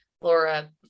Laura